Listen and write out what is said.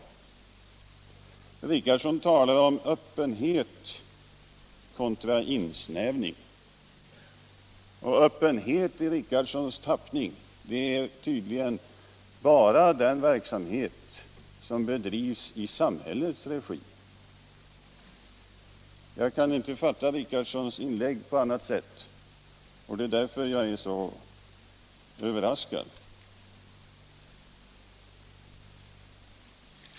Herr Richardson talar om öppenhet kontra insnävning, och öppenhet i Richardsons tappning är tydligen bara den verksamhet som bedrivs isamhällets regi. Jag kan inte fatta herr Richardsons inlägg på annat sätt, och det är därför jag är så överraskad.